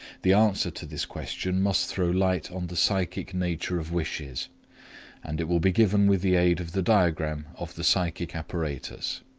the answer to this question must throw light on the psychic nature of wishes and it will be given with the aid of the diagram of the psychic apparatus.